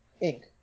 ink